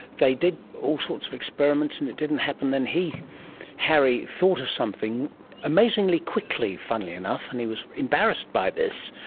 they did all sorts of experiments and it didn't happen. then harry thought of something amazingly quickly, funnily enough, and he was embarrassed by this,